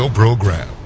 program